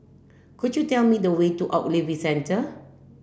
could you tell me the way to Ogilvy Centre